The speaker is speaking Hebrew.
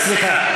סליחה,